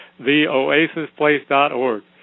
theoasisplace.org